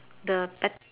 the bet